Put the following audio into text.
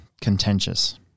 contentious